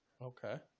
Okay